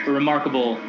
remarkable